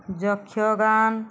ଯକ୍ଷ ଗାନ